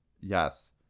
Yes